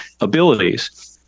abilities